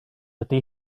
ydy